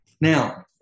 Now